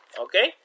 okay